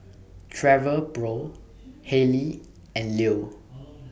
Travelpro Haylee and Leo